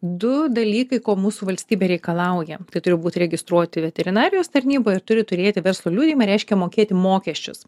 du dalykai ko mūsų valstybė reikalauja tai turi būt registruoti veterinarijos tarnyboj ir turi turėti verslo liudijimą reiškia mokėti mokesčius